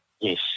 Yes